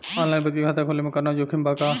Online बचत खाता खोले में कवनो जोखिम बा का?